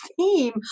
theme